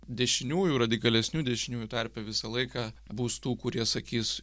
dešiniųjų radikalesnių dešiniųjų tarpe visą laiką bus tų kurie sakys